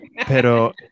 pero